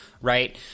right